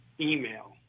email